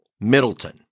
Middleton